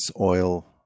oil